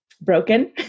broken